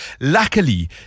Luckily